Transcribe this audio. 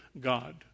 God